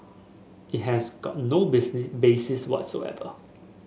it has got no basis whatsoever